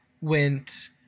went